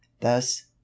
thus